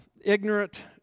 ignorant